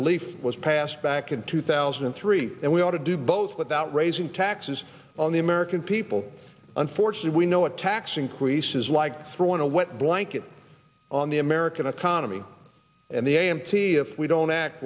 relief was passed back in two thousand and three and we ought to do both without raising taxes on the american people unfortunate we know a tax increase is like throwing a wet blanket on the american economy and the a m t if we don't act